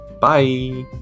bye